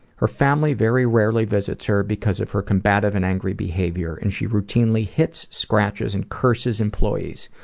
her family very rarely visits her because of her combative and angry behaviors and she routinely hits, scratches, and curses employees.